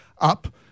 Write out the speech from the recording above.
up